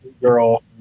girl